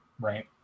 Right